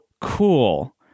cool